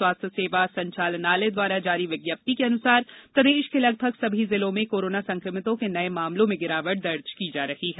स्वास्थ्य सेवाए संचालनालय द्वारा जारी विज्ञप्ति के अनुसार प्रदेश के लगभग सभी जिलों में कोरोना संक्रमितों के नये मामलों में गिरावट दर्ज की जा रही है